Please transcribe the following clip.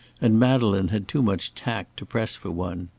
and madeleine had too much tact to press for one.